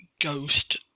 Ghost